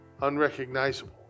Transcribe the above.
unrecognizable